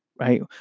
right